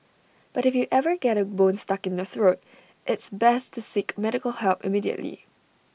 but if you ever get A bone stuck in your throat it's best to seek medical help immediately